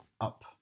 up